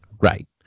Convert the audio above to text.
Right